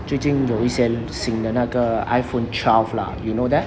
最近有一些有新的那个 iphone twelve lah do you know that